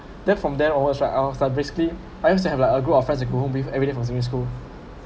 then from there I was like I was start basically I used to have uh a group of friends to go home with everyday from secondary school